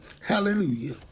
Hallelujah